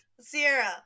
Sierra